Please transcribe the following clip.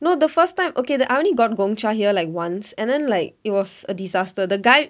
no the first time okay I only got gongcha here like once and then like it was a disaster the guy